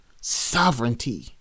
sovereignty